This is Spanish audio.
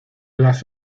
las